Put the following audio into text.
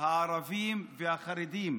הערבים והחרדים.